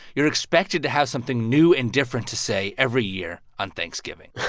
you're expected to have something new and different to say every year on thanksgiving.